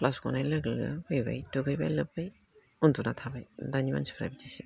class गनाय लोगो लोगो दुगैबाय लोब्बाय उन्दुना थाबाय दानि मानसिफोरना बिदिसो